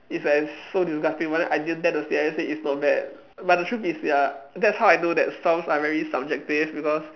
it's like so disgusting but then I didn't dare to say I just say it's not bad but the truth is ya that's how I know that songs are very subjective because